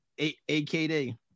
AKD